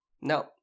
no